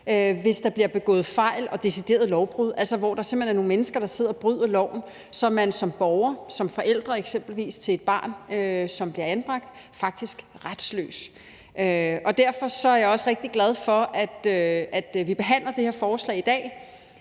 hvis der bliver begået fejl og deciderede lovbrud, altså hvor der simpelt hen er nogle mennesker, der bryder loven, så man som borger, f.eks. forælder til et barn, som bliver anbragt, faktisk er retsløs. Derfor er jeg også rigtig glad for, at vi behandler det her forslag i dag.